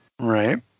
Right